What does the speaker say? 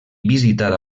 visitada